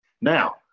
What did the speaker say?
Now